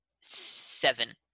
seven